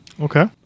Okay